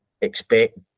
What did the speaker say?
expect